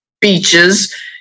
beaches